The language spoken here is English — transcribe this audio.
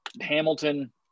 Hamilton –